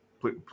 Please